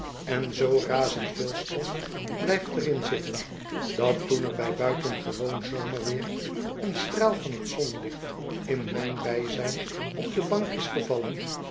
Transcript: en zoo razend veel stof blijft er in zitten dat toen er bij buitengewoon zomerweer een straal van t zonlicht in mijn bijzijn op de bank is gevallen